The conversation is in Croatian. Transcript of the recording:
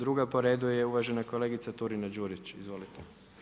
Druga po redu je uvažena kolegica Turina-Đurić, izvolite.